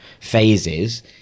phases